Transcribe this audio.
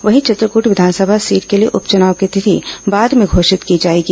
वहीं चित्रकूट विधानसभा सीट के लिए उप चुनाव की तिथि बाद में घोषित की जाएगी